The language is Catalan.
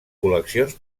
col·leccions